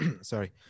sorry